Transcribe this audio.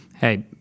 Hey